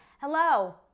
hello